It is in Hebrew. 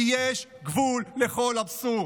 כי יש גבול לכל אבסורד.